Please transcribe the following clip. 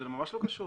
זה ממש לא קשור.